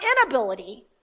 inability